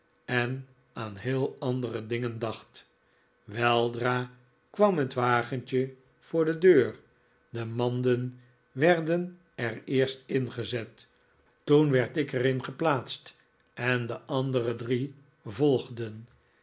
en aan heel andere dingen dacht weldra kwam het wagentje voor de deur de manden werden er eerst ingezet toen werd ik er in geplaatst en de andere drie volgden